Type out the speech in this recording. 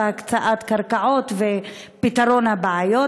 הקצאת קרקעות ופתרון בעיות,